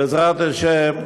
בעזרת השם,